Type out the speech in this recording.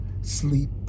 sleep